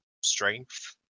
strength